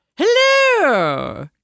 Hello